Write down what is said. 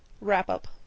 wrap-up